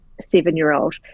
seven-year-old